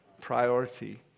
Priority